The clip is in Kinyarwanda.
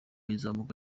izamuka